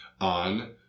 on